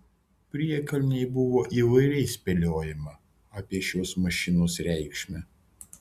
priekalnėj buvo įvairiai spėliojama apie šios mašinos reikšmę